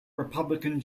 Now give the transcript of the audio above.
republican